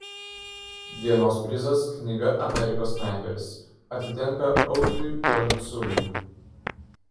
dienos prizas knyga amerikos snaiperis atitenka audriui pranculiui